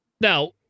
Now